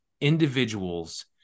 individuals